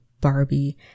Barbie